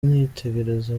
nitegereza